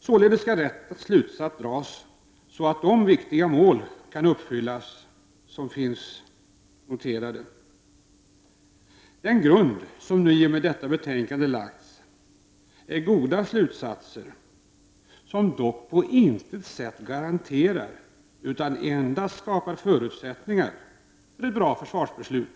Således skall rätt slutsats dras, så att de viktiga mål kan uppfyllas som finns angivna. De slutsater som i och med detta betänkande dras är en god grund, som dock på intet sätt garanterar utan endast skapar förutsättningar för ett bra försvarsbeslut.